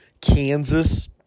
Kansas